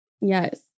Yes